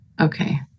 okay